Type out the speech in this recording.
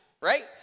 right